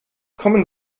kommen